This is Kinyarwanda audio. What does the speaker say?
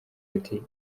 ati